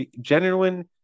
genuine